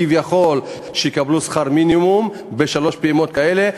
כביכול שיקבלו את שכר המינימום בשלוש פעימות כאלה,